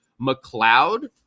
McLeod